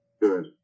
Good